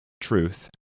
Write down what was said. truth